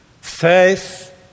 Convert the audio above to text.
faith